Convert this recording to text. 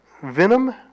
venom